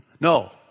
No